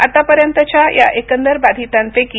आतापर्यंतच्या या एकंदर बाधितांपैकी